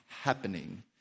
happening